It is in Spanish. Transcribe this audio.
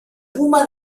puma